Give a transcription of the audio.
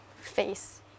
face